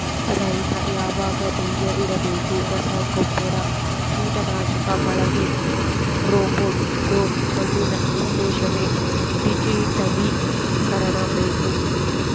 ರೈತ ಯಾವಾಗ ಬೀಜ ಇಡಬೇಕು ರಸಗುಬ್ಬರ ಕೀಟನಾಶಕ ಬಳಕೆ ರೋಬೋಟ್ ಡ್ರೋನ್ ಮಣ್ಣಿನ ವಿಶ್ಲೇಷಣೆ ಡಿಜಿಟಲೀಕರಣ ಬೇಕು